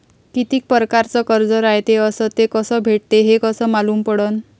कितीक परकारचं कर्ज रायते अस ते कस भेटते, हे कस मालूम पडनं?